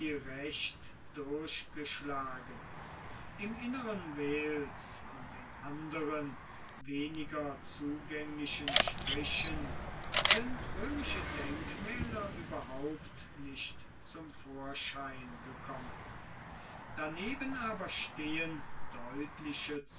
recht durchgeschlagen im inneren wales und in anderen weniger zugänglichen strichen sind römische denkmäler überhaupt nicht zum vorschein gekommen daneben aber stehen deutliche